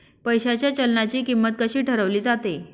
पैशाच्या चलनाची किंमत कशी ठरवली जाते